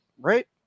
right